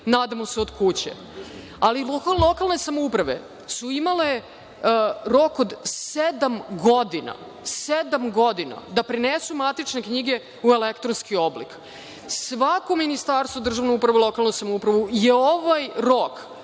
nadamo se od kuće. Lokalne samouprave su imale rok od sedam godina da prenesu matične knjige u elektronski oblik. Svako ministarstvo za državnu upravu i lokalnu samoupravu je ovaj rok